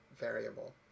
variable